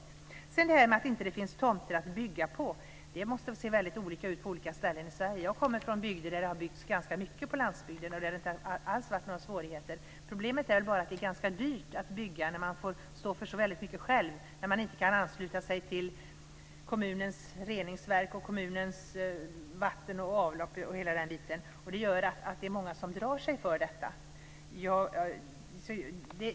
Sedan till det här med att det inte finns tomter att bygga på. Det måste se mycket olika ut på olika ställen i Sverige. Jag kommer från en bygd där det har byggts ganska mycket på landsbygden och där det inte alls har varit några svårigheter. Problemet är bara att det är ganska dyrt att bygga när man får stå för så väldigt mycket själv. Det blir dyrt när man inte kan ansluta sig till kommunens reningsverk och till kommunens vatten och avlopp. Det gör att det är många som drar sig för detta.